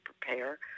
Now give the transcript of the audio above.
prepare